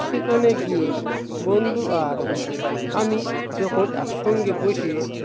সেখানে গিয়ে বন্ধু আর আমি যখন একসঙ্গে বসে